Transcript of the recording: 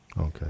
Okay